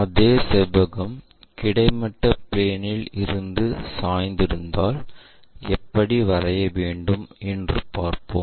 அதே செவ்வகம் கிடைமட்ட பிளேன் இல் இருந்து சாய்ந்திருந்தாள் எப்படி வரைய வேண்டும் என்று பார்ப்போம்